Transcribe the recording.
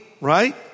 right